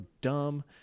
dumb